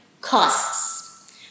costs